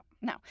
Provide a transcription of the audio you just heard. No